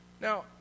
Now